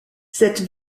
cette